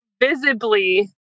visibly